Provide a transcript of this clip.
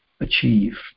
achieve